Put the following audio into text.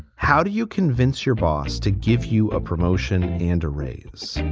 how do you convince your boss to give you a promotion and a raise?